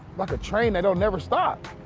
like a train that don't never stop.